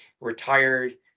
retired